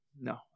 No